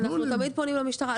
אנחנו תמיד פונים למשטרה,